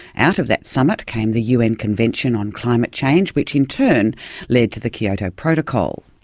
out of that summit came the un convention on climate change, which in turn led to the kyoto protocol.